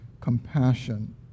compassion